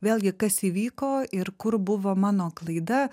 vėlgi kas įvyko ir kur buvo mano klaida